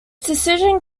decision